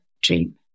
dream